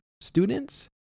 students